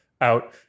out